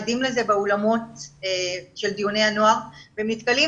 עדים לזה באולמות של דיוני הנוער והם נתקלים